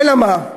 אלא מה?